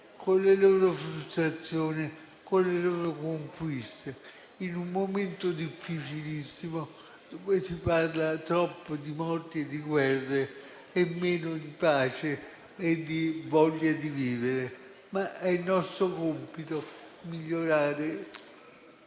con le loro frustrazioni e le loro conquiste. È un momento difficilissimo. Si parla troppo di morti di guerre e meno di pace e voglia di vivere, ma è nostro compito migliorare